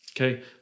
Okay